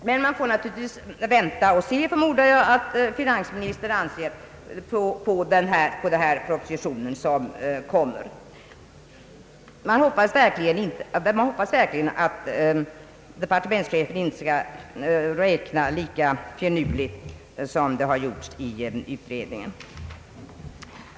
Man får naturligtvis vänta och hoppas att finansministern ser över den proposition som kommer. Jag hoppas verkligen också att departementschefen inte skall räkna lika finurligt som det har gjorts i utredningen.